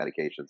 medications